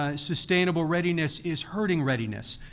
ah sustainable readiness is hurting readiness.